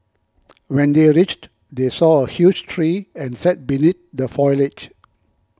when they reached they saw a huge tree and sat beneath the foliage